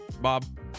Bob